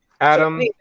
adam